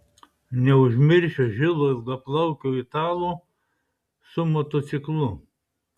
neužmiršiu žilo ilgaplaukio italo su motociklu